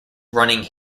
running